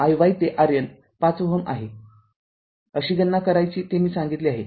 आणि म्हणून iy ते RN ५ Ω आहेकशी गणना करायची ते मी सांगितले आहे